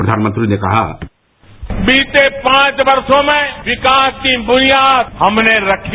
प्रधानमंत्री ने कहा बीते पांच वर्षों में विकास की बुनियाद हमने रखी